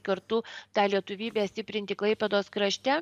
kartu tą lietuvybę stiprinti klaipėdos krašte